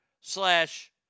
slash